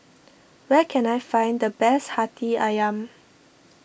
where can I find the best Hati Ayam